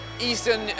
Eastern